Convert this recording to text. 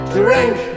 drink